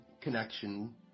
connection